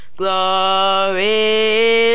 glory